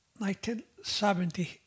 1970